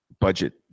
budget